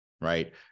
right